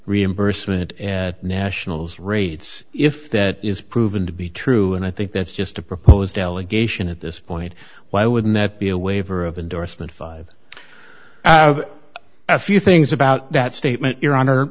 reimbursement nationals rates if that is proven to be true and i think that's just a proposed delegation at this point why wouldn't that be a waiver of endorsement five a few things about that statement